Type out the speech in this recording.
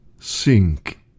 Sink